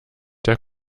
der